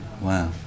Wow